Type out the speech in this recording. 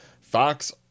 Fox